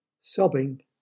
Sobbing